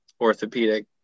Orthopedic